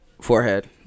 forehead